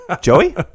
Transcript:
Joey